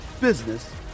business